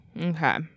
Okay